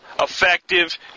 effective